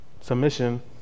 submission